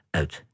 uit